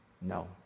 No